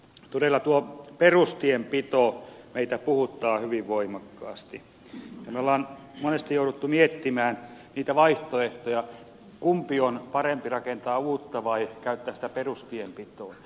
todella tuo perustienpito meitä puhuttaa hyvin voimakkaasti ja me olemme monesti joutuneet miettimään niitä vaihtoehtoja kumpi on parempi rakentaa uutta vai käyttää rahaa perustienpitoon